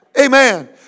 Amen